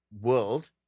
world